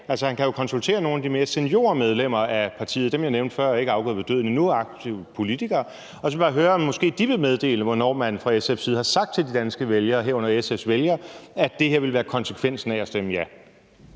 han kan jo konsultere nogle af partiets seniormedlemmer – dem, jeg nævnte før, er ikke afgået ved døden endnu og er aktive politikere – og så bare høre, om de måske vil meddele, hvornår man fra SF's side har sagt til de danske vælgere, herunder SF's vælgere, at det her ville være konsekvensen af at stemme ja.